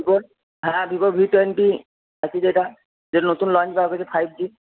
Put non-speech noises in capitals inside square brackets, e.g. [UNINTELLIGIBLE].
ভিভোর হ্যাঁ Vivo V twenty আছে যেটা যেটা নতুন লঞ্চ [UNINTELLIGIBLE] ফাইভ জি